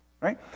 right